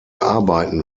arbeiten